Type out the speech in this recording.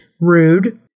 Rude